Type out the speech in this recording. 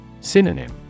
Synonym